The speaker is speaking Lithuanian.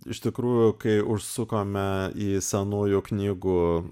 iš tikrųjų kai užsukome į senųjų knygų